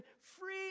free